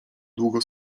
długo